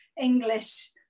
English